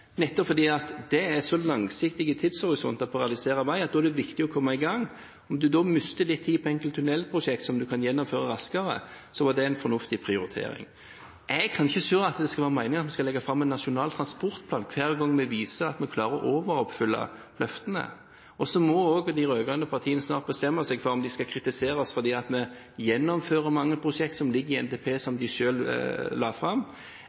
nettopp fordi det er en så langsiktig tidshorisont, at da er det viktig å komme i gang. Om du da mister litt tid på enkelte tunnelprosjekter som du kan gjennomføre raskere, så var det en fornuftig prioritering. Jeg kan ikke se at det skal være meningen at vi skal legge fram en nasjonal transportplan hver gang vi viser at vi klarer å overoppfylle løftene. Så må også de rød-grønne partiene snart bestemme seg for om de skal kritisere oss fordi vi gjennomfører mange prosjekter som ligger i NTP-en, som de selv la fram,